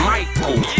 Michael